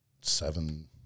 seven